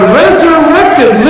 resurrected